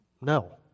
no